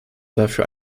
dafür